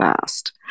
fast